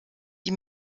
die